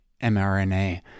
mRNA